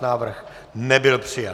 Návrh nebyl přijat.